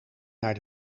naar